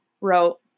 wrote